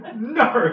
No